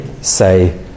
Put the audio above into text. say